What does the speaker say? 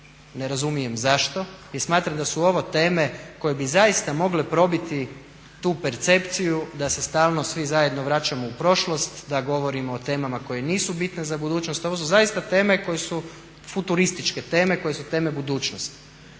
ne razumijem zašto jer smatram da su ovo teme koje bi zaista mogle probiti tu percepciju da se stalno svi zajedno vraćamo u prošlost, da govorimo o temama koje nisu bitne za budućnost. Ovo su zaista teme koje su futurističke teme, koje su teme budućnosti.